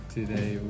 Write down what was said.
Today